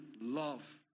love